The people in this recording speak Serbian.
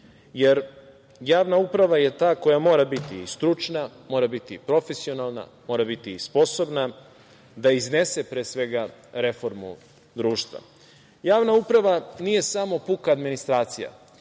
Javna uprava je ta koja mora biti i stručna, mora biti profesionalna, morati biti sposobna da iznese reformu društva. Javna uprava nije samo puka administracija. Apsolutno